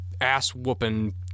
ass-whooping